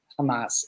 Hamas